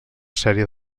sèrie